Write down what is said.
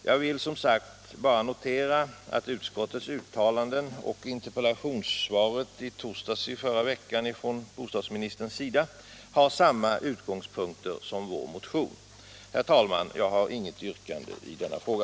Jag vill som sagt bara notera att utskottets uttalanden och det svar på en fråga som bostadsministern lämnade förra veckan har samma utgångspunkter som vår motion. Herr talman! Jag har inget yrkande i denna fråga.